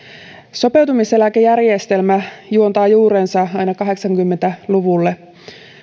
sopeutumiseläkejärjestelmä juontaa juurensa aina kahdeksankymmentä luvulle